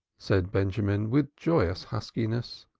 said benjamin, with joyous huskiness,